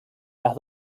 las